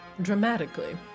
dramatically